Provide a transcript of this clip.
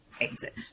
Exit